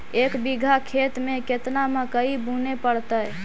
एक बिघा खेत में केतना मकई बुने पड़तै?